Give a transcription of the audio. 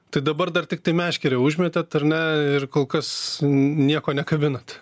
tai dabar dar tiktai meškerę užmetėt ar ne ir kol kas nieko nekabinat